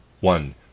one